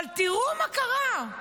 אבל תראו מה קרה,